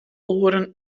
oeren